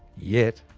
yet.